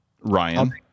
Ryan